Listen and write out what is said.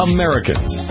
Americans